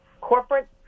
corporate